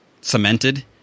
cemented